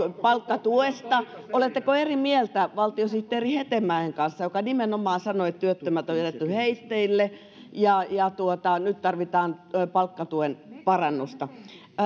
palkkatuesta oletteko eri mieltä valtiosihteeri hetemäen kanssa joka nimenomaan sanoi että työttömät on jätetty heitteille ja ja nyt tarvitaan palkkatuen parannusta